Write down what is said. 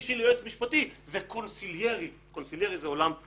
תפיסת הקידום היועץ המשפטי של משרדי הממשלה הוא לא